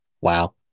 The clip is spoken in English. Wow